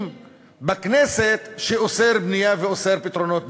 שמחוקקים בכנסת, שאוסר בנייה ואוסר פתרונות בנייה.